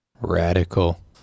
Radical